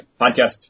podcast